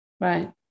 Right